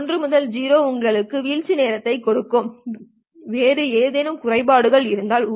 1 to 0 உங்களுக்கு வீழ்ச்சி நேரத்தைக் கொடுக்கும் வேறு ஏதேனும் குறைபாடுகள் இருந்தால்